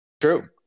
true